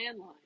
landline